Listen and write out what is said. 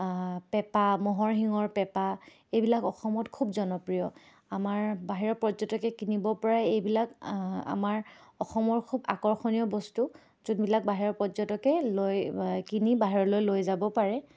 পেঁপা ম'হৰ শিঙৰ পেঁপা এইবিলাক অসমত খুব জনপ্ৰিয় আমাৰ বাহিৰৰ পৰ্যটকে কিনিব পৰা এইবিলাক আমাৰ অসমৰ খুব আকৰ্ষণীয় বস্তু যোনবিলাক বাহিৰৰ পৰ্যটকে লৈ কিনি বাহিৰলৈ লৈ যাব পাৰে